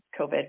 COVID